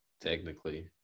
technically